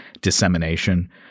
dissemination